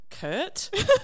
Kurt